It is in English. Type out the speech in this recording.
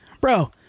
Bro